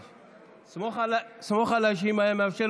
סמוך עליי שאם היה מתאפשר,